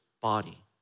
body